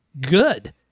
Good